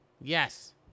Yes